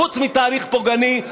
חוץ מתהליך פוגעני,